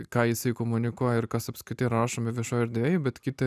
ką jisai komunikuoja ir kas apskritai yra rašoma viešoj erdvėj bet kita